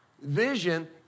Vision